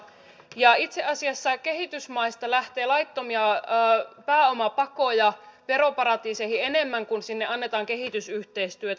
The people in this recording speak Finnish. ja itse asiassa kehitysmaista lähtee laittomia pääomapakoja veroparatiiseihin enemmän kuin sinne annetaan kehitysyhteistyötä